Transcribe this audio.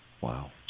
Wow